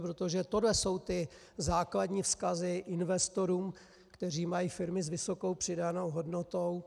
Protože tohle jsou ty základní vzkazy investorům, kteří mají firmy s vysokou přidanou hodnotou.